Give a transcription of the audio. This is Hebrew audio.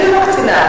אני לא מקצינה.